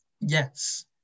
yes